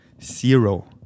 Zero